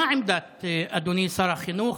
חבר הכנסת טיבי, מה עמדת אדוני שר החינוך,